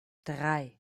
drei